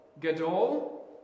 Gadol